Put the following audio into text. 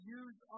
use